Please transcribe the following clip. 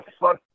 fuck